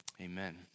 Amen